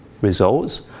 results